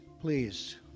Please